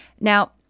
Now